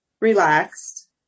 relaxed